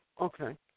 Okay